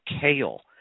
kale